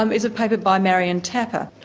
um is a paper by marion tapper.